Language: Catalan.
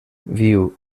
viu